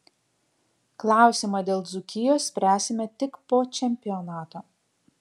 klausimą dėl dzūkijos spręsime tik po čempionato